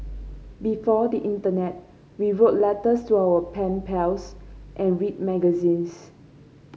before the internet we wrote letters to our pen pals and read magazines